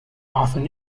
often